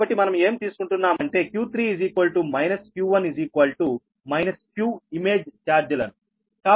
కాబట్టి మనం ఏమి తీసుకుంటున్నామంటే ఇమేజ్ ఛార్జ్ లు q3 q1 q